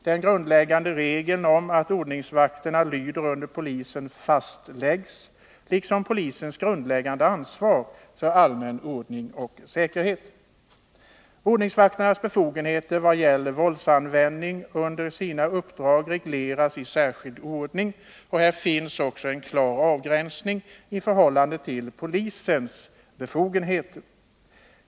Den grundläggande regeln om att ordningsvakterna lyder under polisen fastläggs, liksom polisens grundläggande ansvar för allmän ordning och säkerhet. Ordningsvakternas befogenheter vad gäller våldsanvändning under sina uppdrag regleras i särskild ordning, och här finns också en klar avgränsning av deras befogenheter i förhållande till polisens.